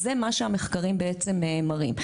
זה מה שהמחקרים בעצם מראים.